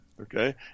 Okay